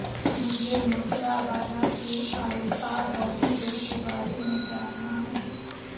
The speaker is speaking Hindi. मुझे मुद्रा बाजार के अल्पावधि ऋण के बारे में जानना है